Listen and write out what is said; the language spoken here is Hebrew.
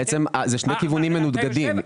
בעצם זה שני כיוונים מנוגדים.